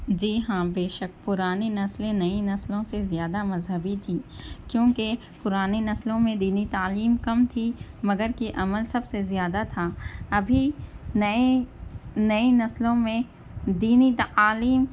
جی ہاں بے شک پرانی نسلیں نئی نسلوں سے زیادہ مذہبی تھیں کیونکہ پرانی نسلوں میں دینی تعلیم کم تھی مگر کہ عمل سب سے زیادہ تھا ابھی نئے نئی نسلوں میں دینی تعلیم